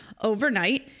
overnight